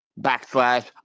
backslash